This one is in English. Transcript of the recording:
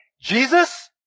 Jesus